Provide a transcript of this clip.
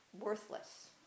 worthless